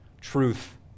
truth